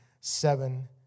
seven